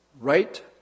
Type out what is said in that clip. right